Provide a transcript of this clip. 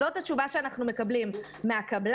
זאת התשובה שאנחנו מקבלים מהקבלן.